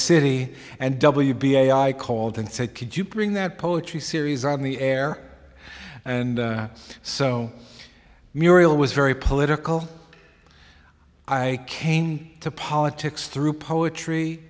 city and w p a i called and said could you bring that poetry series on the air and so muriel was very political i came to politics through poetry